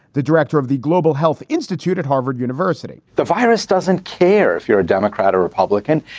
the director of the global health institute at harvard university. the virus doesn't care if you're a democrat or republican.